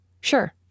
Sure